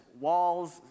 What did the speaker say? walls